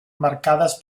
marcades